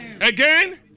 Again